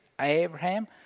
Abraham